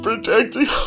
Protecting